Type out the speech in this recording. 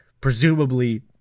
presumably